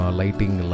lighting